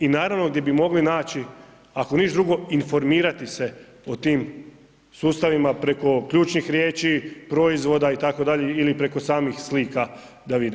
I naravno gdje bi mogli naći, ako ništa drugo informirati se o tim sustavima preko ključnih riječi, proizvoda itd., ili preko samih slika da vide.